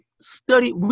study